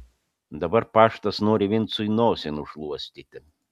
dabar paštas nori vincui nosį nušluostyti